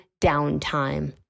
downtime